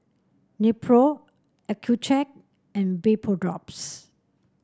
Nepro Accucheck and Vapodrops